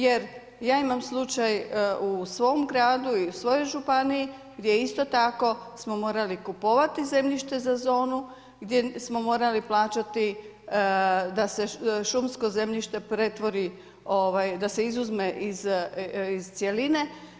Jer ja imam slučaj u svom gradu i u svojoj županiji gdje isto tako smo morali kupovati zemljište za zonu, gdje smo morali plaćati da se šumsko zemljište pretvori, da se izuzme iz cjeline.